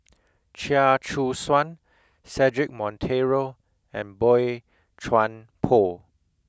Chia Choo Suan Cedric Monteiro and Boey Chuan Poh